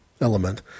element